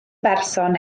berson